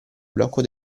blocco